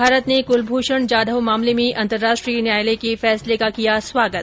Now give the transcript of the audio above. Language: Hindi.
भारत ने कुलभूषण जाधव मामले में अंतर्राष्ट्रीय न्यायालय के फैसले का किया स्वागत